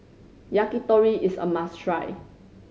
yakitori is a must try